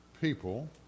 people